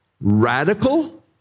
radical